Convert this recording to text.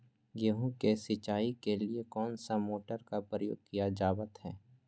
गेहूं के सिंचाई के लिए कौन सा मोटर का प्रयोग किया जावत है?